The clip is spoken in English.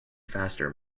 faster